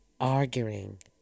arguing